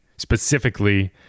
specifically